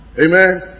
Amen